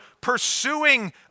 pursuing